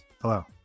hello